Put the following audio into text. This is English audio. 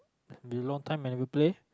belong time I replay